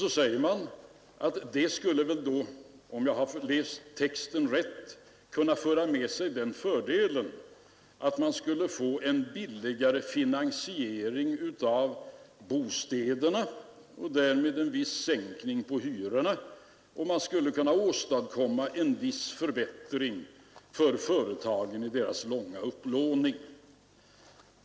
Sedan säger reservanterna att det, om jag läst texten rätt, skulle kunna föra med sig fördelen att man kunde få en billigare finansiering av bostäderna — och därmed en viss sänkning av hyrorna — och man skulle kunna åstadkomma en viss förbättring för företagen när det gäller deras långa upplåning.